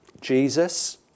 Jesus